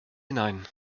hinein